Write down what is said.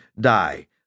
die